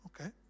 Okay